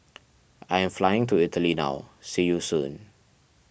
I am flying to Italy now see you soon